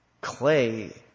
clay